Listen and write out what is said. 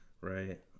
right